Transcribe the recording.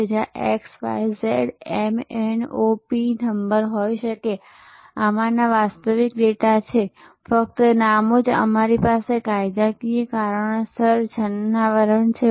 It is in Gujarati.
તેથી ત્યાં X Y Z M N O P number હોઈ શકે છે આમાંનો વાસ્તવિક ડેટા છે ફક્ત નામો જ અમારી પાસે કાયદાકીય કારણોસર છદ્માવરણ છે